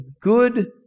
good